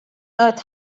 earth